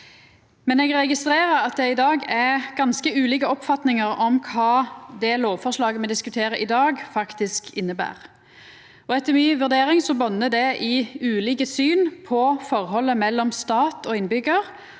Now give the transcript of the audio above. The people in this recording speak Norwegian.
men eg registrerer at det i dag er ganske ulike oppfatningar av kva det lovforslaget me diskuterer i dag, faktisk inneber. Etter mi vurdering botnar det i ulike syn på forholdet mellom stat og innbyggjar,